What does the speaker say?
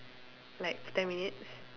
like ten minutes